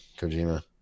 Kojima